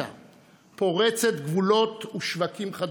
אנחנו חלק מהעם